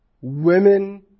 women